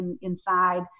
inside